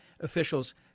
officials